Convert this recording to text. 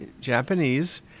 Japanese